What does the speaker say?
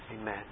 amen